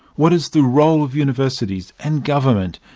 what is the role of universities, and government,